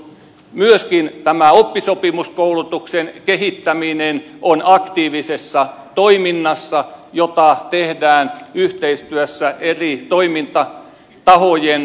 myöskin oppisopimuskoulutuksen kehittäminen on aktiivisessa toiminnassa ja sitä tehdään yhteistyössä eri toimintatahojen kanssa